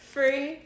Free